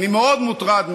אני מאוד מוטרד,